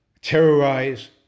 terrorize